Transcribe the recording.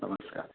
नमस्कार